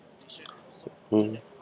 hmm